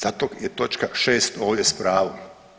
Zato je točka 6 ovdje s pravom.